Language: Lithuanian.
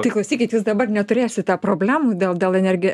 tai klausykit jūs dabar neturėsite problemų dėl dėl energija